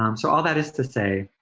um so all that is to say